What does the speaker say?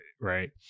right